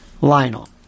Lionel